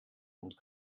und